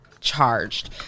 charged